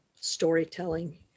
storytelling